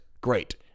Great